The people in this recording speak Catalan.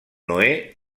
noè